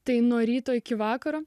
tai nuo ryto iki vakaro